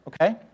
Okay